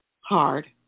Hard